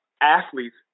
athletes